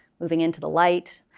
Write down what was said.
moving into the light,